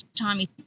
Tommy